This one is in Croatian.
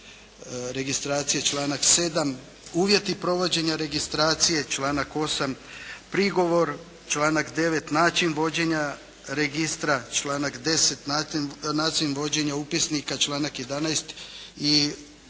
registracije članak 7., uvjeti provođenja registracije članak 8., prigovor članak 9., način vođenja registra članak 10., način vođenja upisnika članak 11. i